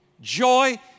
Joy